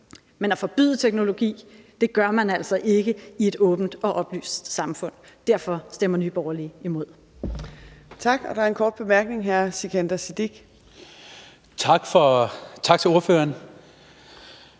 men at forbyde teknologi gør man altså ikke i et åbent og oplyst samfund. Derfor stemmer Nye Borgerlige imod.